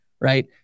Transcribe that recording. Right